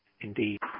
indeed